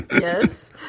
Yes